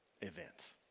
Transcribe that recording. event